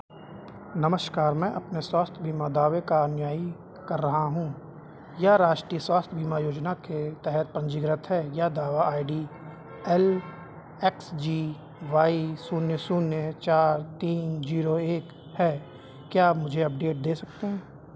नमस्कार मैं अपने स्वास्थ्य बीमा दावे का अनुयायी कर रहा हूँ यह राष्ट्रीय स्वास्थ्य बीमा योजना के तहत पंजीकृत है यह दावा I D L X G Y शून्य शून्य चार तीन ज़ीरो एक है क्या आप मुझे अपडेट दे सकते हैं